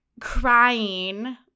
crying